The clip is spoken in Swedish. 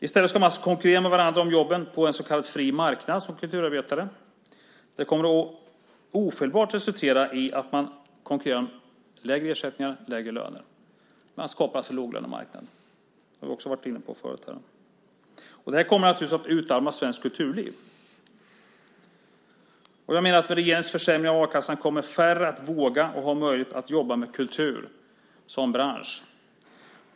I stället ska man nu konkurrera med varandra om jobben på en så kallad fri marknad som kulturarbetare. Det kommer ofelbart att resultera i att man konkurrerar om lägre ersättningar och lägre löner. Man skapar en låglönemarknad. Detta har vi varit inne på förut här. Det kommer att utarma svenskt kulturliv. I och med regeringens försämring av a-kassan kommer färre att våga och ha möjlighet att jobba med kultur som bransch.